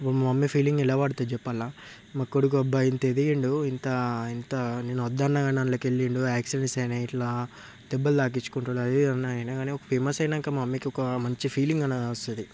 మా mummy feeling ఎలా పడుతదో చెప్పాల్నా మా కొడుకు అబ్బా ఎంత ఎదిగిండు ఇంత ఇంత నేను వద్దన్నా గాని అందులో కెళ్ళిండు యాక్సిడెంట్స్ అయినాయి ఇట్లా దెబ్బలు తాకిచ్చుకుంటుండు అది ఇది అన్నాఅయినా గాని ఒక ఫేమస్ అయినాక మా మమ్మీకి ఒక మంచి ఫీలింగ్ అన్నది వస్తది